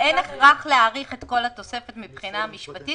אין הכרח להאריך את כל התוספת מבחינה משפטית